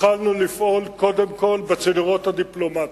התחלנו לפעול קודם כול בצינורות הדיפלומטיים.